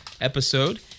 episode